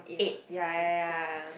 eight ya ya ya